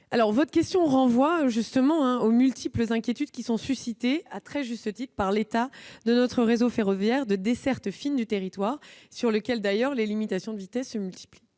Votre question renvoie aux multiples inquiétudes suscitées, à juste titre, par l'état de notre réseau ferroviaire de desserte fine du territoire, sur lequel les limitations de vitesse se multiplient.